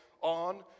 on